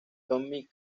tommy